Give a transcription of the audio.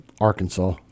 Arkansas